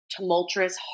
tumultuous